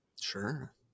Sure